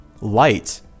light